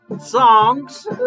songs